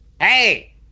Hey